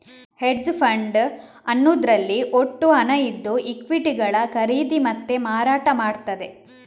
hedge fund ಅನ್ನುದ್ರಲ್ಲಿ ಒಟ್ಟು ಹಣ ಇದ್ದು ಈಕ್ವಿಟಿಗಳ ಖರೀದಿ ಮತ್ತೆ ಮಾರಾಟ ಮಾಡ್ತದೆ